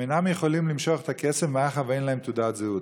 הם אינם יכולים למשוך את הכסף מאחר שאין להם תעודת זהות.